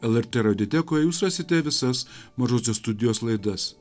lrt radiotekoje jūs rasite visas mažosios studijos laidas